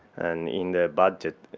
and in the budget,